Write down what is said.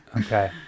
Okay